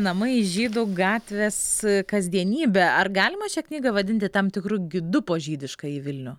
namai žydų gatvės kasdienybė ar galima šią knygą vadinti tam tikru gidu po žydiškąjį vilnių